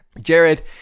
Jared